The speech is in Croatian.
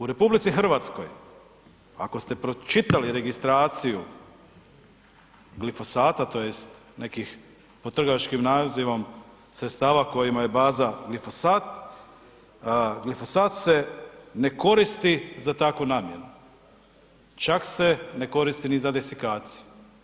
U RH ako ste pročitali registraciju glifosata tj. nekih pod trgovačkim nazivom sredstava kojima je baza glifosat, glifosat se ne koristi za takvu namjenu, čak se ne koristi ni za desikaciju.